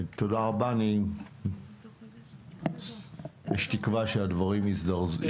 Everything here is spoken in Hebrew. תודה רבה, יש תקווה שדברים יתקדמו.